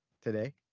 Today